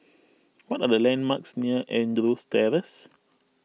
what are the landmarks near Andrews Terrace